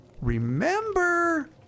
remember